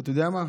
אתה יודע מה,